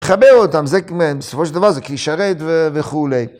תחבר אותם, בסופו של דבר זה כלי שרת וכולי.